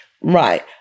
Right